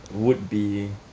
would be